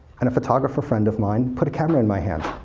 and a photographer friend of mine put a camera in my hand,